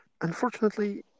unfortunately